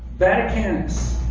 vaticanus,